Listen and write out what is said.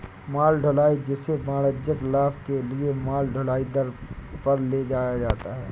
माल ढुलाई, जिसे वाणिज्यिक लाभ के लिए माल ढुलाई दर पर ले जाया जाता है